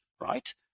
right